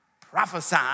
prophesy